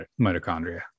mitochondria